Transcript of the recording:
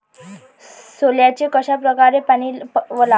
सोल्याले कशा परकारे पानी वलाव?